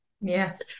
Yes